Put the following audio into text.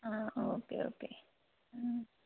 ആ okay okay